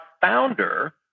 founder